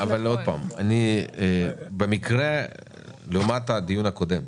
לעומת הדיון הקודם,